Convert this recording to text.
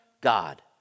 God